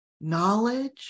knowledge